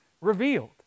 revealed